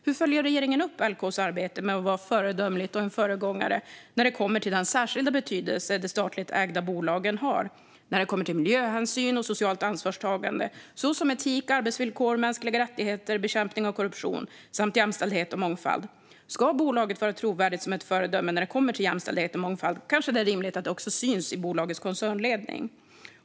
Hur följer regeringen upp LKAB:s arbete med att vara ett föredöme och en föregångare när det kommer till den särskilda betydelse som de statligt ägda bolagen har när det gäller miljöhänsyn och socialt ansvarstagande såsom etik, arbetsvillkor, mänskliga rättigheter, bekämpning av korruption samt jämställdhet och mångfald? Ska bolaget vara trovärdigt som ett föredöme när det kommer till jämställdhet och mångfald kanske det är rimligt att det också syns i bolagets koncernledning.